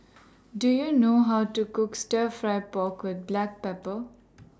Do YOU know How to Cook Stir Fry Pork with Black Pepper